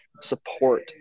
support